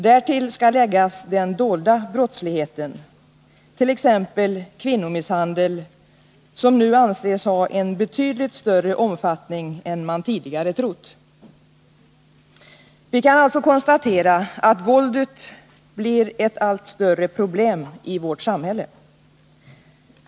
Därtill skall läggas den dolda brottsligheten, t.ex. kvinnomisshandel, som nu anses ha en betydligt större omfattning än man tidigare trott. Vi kan alltså konstatera att våldet blir ett allt större problem i vårt samhälle.